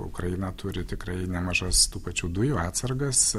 ukraina turi tikrai nemažas tų pačių dujų atsargas